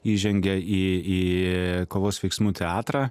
įžengė į į kovos veiksmų teatrą